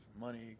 money